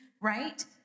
right